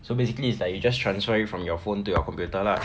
so basically it's like you just transfer you from your phone to your computer lah